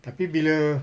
tapi bila